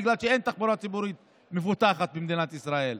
בגלל שאין תחבורה ציבורית מפותחת במדינת ישראל.